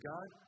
God